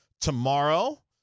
tomorrow